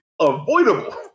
avoidable